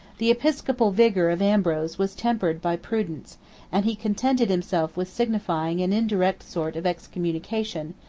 the episcopal vigor of ambrose was tempered by prudence and he contented himself with signifying an indirect sort of excommunication,